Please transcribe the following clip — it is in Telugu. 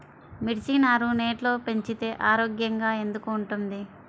మిర్చి నారు నెట్లో పెంచితే ఆరోగ్యంగా ఎందుకు ఉంటుంది?